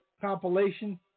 compilation